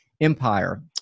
Empire